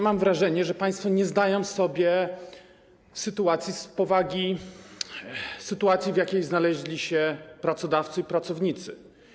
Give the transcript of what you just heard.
Mam wrażenie, że państwo nie zdają sobie sprawy z powagi sytuacji, w jakiej znaleźli się pracodawcy i pracownicy.